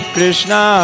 Krishna